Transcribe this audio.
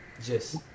Yes